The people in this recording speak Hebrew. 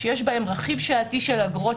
שיש בהם רכיב שעתי של אגרות,